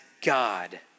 God